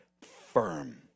firm